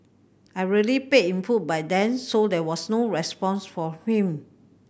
I really paid in full by then so there was no response from him